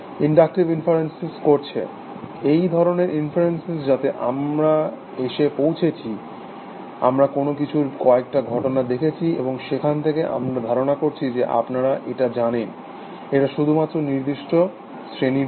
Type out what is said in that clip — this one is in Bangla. ইনডাক্টিভ ইনফারেন্স করছে এই ধরণের ইনফারেন্স যাতে আমার এসে পৌঁছেছি আমরা কোনো কিছুর কয়েকটা ঘটনা দেখছি এবং সেখান থেকে আমরা ধারণা করছি যে আপনার এটা জানেন এটা শুধুমাত্র নির্দিষ্ট শ্রেণীর জন্য